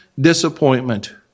disappointment